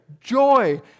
joy